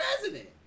president